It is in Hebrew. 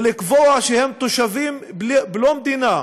ולקבוע שהם תושבים בלא מדינה.